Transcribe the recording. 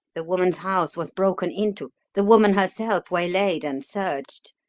the woman's house was broken into, the woman herself waylaid and searched,